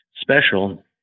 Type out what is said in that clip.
special